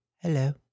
hello